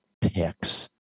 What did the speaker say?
picks